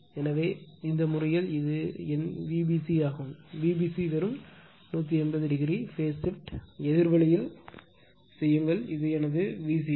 எனவே இந்த முறையில் இது என் Vbc ஆகும் Vbc வெறும் 180 o பேஸ் ஷிப்ட் எதிர் வழியில் செய்யுங்கள் இது எனது Vcb